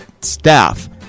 staff